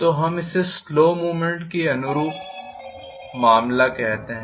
तो हम इसे स्लो मूवमेंट के अनुरूप मामला कहते हैं